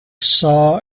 saw